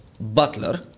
Butler